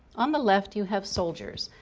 on the left you have soldiers.